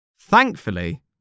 Thankfully